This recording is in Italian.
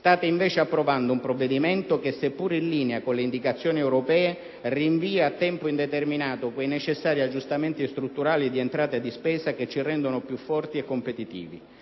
State invece approvando un provvedimento che, seppur in linea con le indicazioni europee, rinvia a tempo indeterminato quei necessari aggiustamenti strutturali di entrata e di spesa che ci rendono più forti e competitivi.